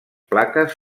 plaques